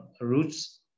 roots